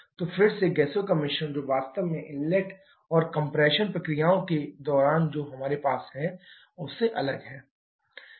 तो फिर से गैसों का मिश्रण है और जो वास्तव में इनलेट और कम्प्रेशन प्रक्रियाओं के दौरान जो हमारे पास है उससे अलग है